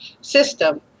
system